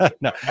No